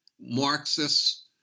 Marxists